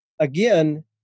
Again